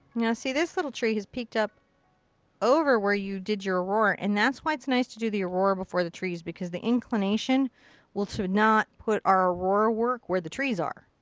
now, see, this little tree has peeked up over where you did your aurora and that's why it's nice to do the aurora before the trees. because the inclination will be to not put our aurora work where the trees are.